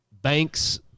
Banks